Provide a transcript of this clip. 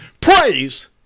praise